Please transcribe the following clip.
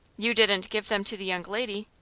you didn't give them to the young lady?